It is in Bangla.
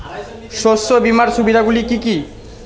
শস্য বিমার সুবিধাগুলি কি কি?